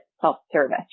self-service